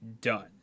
done